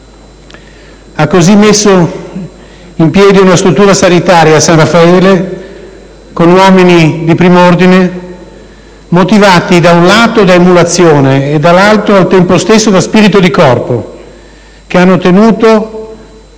Ha così messo in piedi una struttura sanitaria, il San Raffaele, con uomini di prim'ordine, motivati da emulazione e al tempo stesso da spirito di corpo che hanno ottenuto